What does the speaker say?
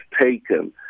taken